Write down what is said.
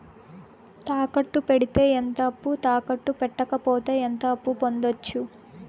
తాకట్టు పెడితే ఎంత అప్పు, తాకట్టు పెట్టకపోతే ఎంత అప్పు పొందొచ్చు?